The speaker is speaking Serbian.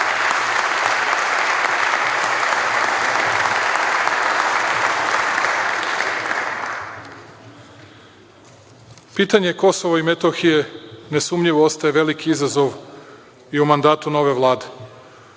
tome. Pitanje Kosova i Metohije nesumnjivo ostaje veliki izazov i u mandatu nove Vlade.